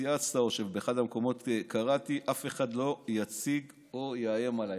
צייצת או שבאחד המקומות קראתי: אף אחד לא יציג או יאיים עליי,